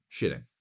Shitting